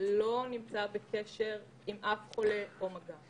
לא נמצא בקשר עם אף חולה או מגע.